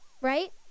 Right